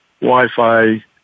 Wi-Fi